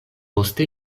poste